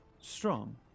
strong